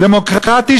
דמוקרטי,